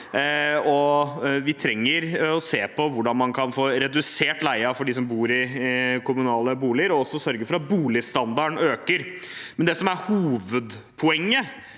Vi trenger å se på hvordan man kan få redusert leien for dem som bor i kommunale boliger, og også sørge for at boligstandarden øker. Det som er hovedpoenget